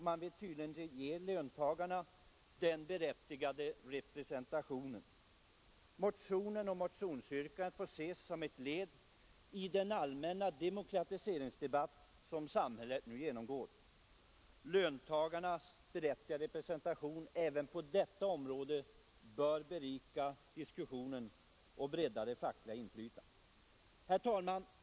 Man vill tydligen inte ge löntagarna den berättigade representationen. Motionen och motionsyrkandet får ses som ett led i den allmänna demokratiseringsdebatt som pågår i samhället. Löntagarnas berättigade representation även på detta område bör berika diskussionen och bredda det fackliga inflytandet. Herr talman!